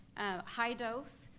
high dose,